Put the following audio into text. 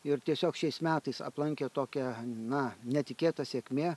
ir tiesiog šiais metais aplankė tokia na netikėta sėkmė